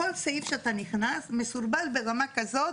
כל סעיף שאתה נכנס אליו מסורבל ברמה כזאת